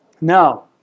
Now